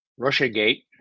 Russiagate